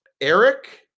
eric